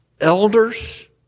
elders